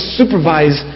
supervise